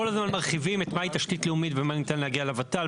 כל הזמן מרחיבים את מהי תשתית לאומית ועם מה ניתן להגיע לוות"ל,